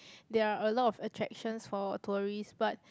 there are a lot attractions for tourists but